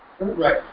Right